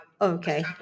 Okay